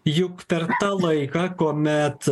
juk per tą laiką kuomet